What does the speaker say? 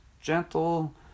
gentle